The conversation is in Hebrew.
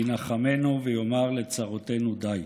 וינחמנו ויאמר לצרותינו די.